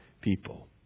people